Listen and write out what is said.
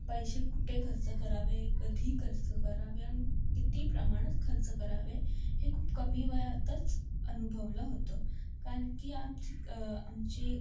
पैसे कुठे खर्च करावे कधी खर्च करावे आणि किती प्रमाणात खर्च करावे हे खूप कमी वयातच अनुभवलं होतं कारण की आमची आमची